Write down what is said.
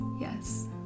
yes